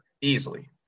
Easily